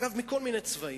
אגב, מכל מיני צבעים.